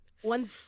One